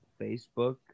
Facebook